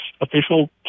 official